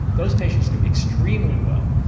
those patients do extremely well.